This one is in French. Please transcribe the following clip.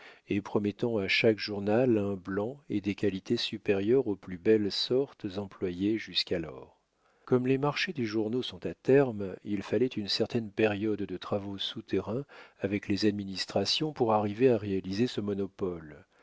et promettant à chaque journal un blanc et des qualités supérieures aux plus belles sortes employées jusqu'alors comme les marchés des journaux sont à terme il fallait une certaine période de travaux souterrains avec les administrations pour arriver à réaliser ce monopole